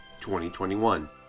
2021